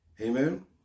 Amen